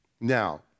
Now